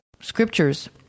scriptures